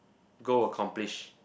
go accomplish